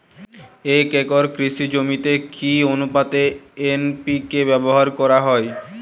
এক একর কৃষি জমিতে কি আনুপাতে এন.পি.কে ব্যবহার করা হয়?